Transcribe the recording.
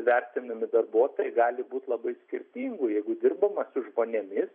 vertinami darbuotojai gali būt labai skirtingų jeigu dirbama su žmonėmis